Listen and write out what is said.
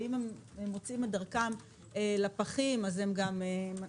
ואם הם מוצאים את דרכם לפחים אז הם גם מנפחים